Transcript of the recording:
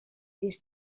these